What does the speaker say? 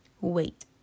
wait